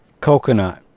Coconut